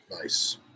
Nice